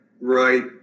right